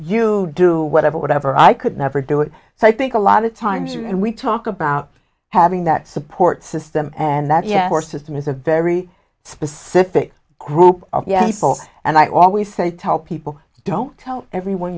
you do whatever whatever i could never do it so i think a lot of times and we talk about having that support system and that yes our system is a very specific group yes and i always say tell people don't tell everyone